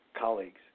colleagues